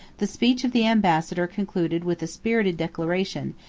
the speech of the ambassador concluded with a spirited declaration,